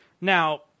Now